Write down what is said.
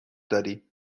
داریم